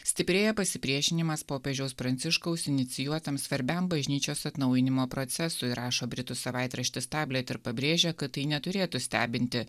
stiprėja pasipriešinimas popiežiaus pranciškaus inicijuotam svarbiam bažnyčios atnaujinimo procesui rašo britų savaitraštis tablet ir pabrėžia kad tai neturėtų stebinti